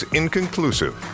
inconclusive